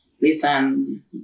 listen